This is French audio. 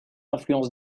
influence